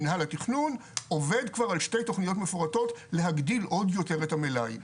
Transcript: מינהל התכנון עובד כבר על שתי תוכניות מפורטות להגדיל עוד יותר את מלאי.